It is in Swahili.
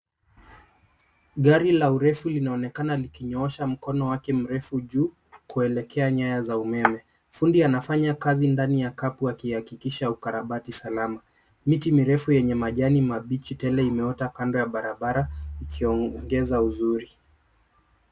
Gari la urefu linaonekana likinyoosha mkono wake mrefu juu kuelekea nyaya za umeme. Fundi anafanya kazi ndani ya kapu akihakikisha ukarabati salama. Miti mirefu yenye majani mabichi tele imeota kando ya barabara, ikiongeza uzuri.